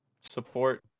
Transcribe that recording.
support